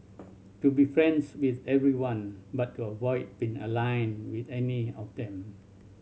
to be friends with everyone but to avoid being aligned with any of them